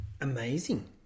amazing